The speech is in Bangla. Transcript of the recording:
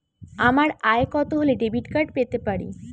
আমার আয় কত হলে ডেবিট কার্ড পেতে পারি?